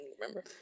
Remember